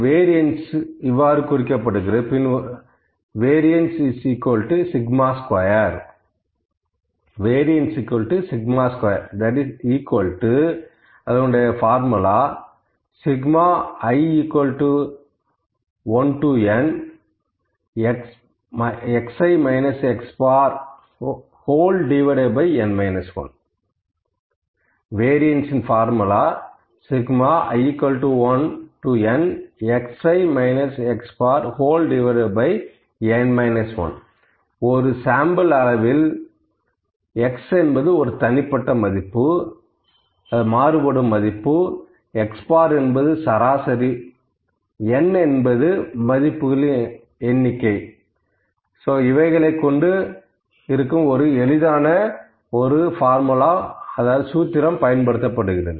variance இவ்வாறு குறிக்கப்படுகிறது Variance σ2 i 1nn 1 இதில் x என்பது ஒரு தனிப்பட்ட மதிப்பு ஒரு சாம்பிள் அளவில் x என்பது ஒரு தனிப்பட்ட மதிப்பு X என்பது சராசரி n என்பது மதிப்புகளின் எண்ணிக்கை என்று எளிதான சூத்திரம் இங்கு பயன்படுத்தப்படுகிறது